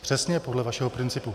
Přesně podle vašeho principu.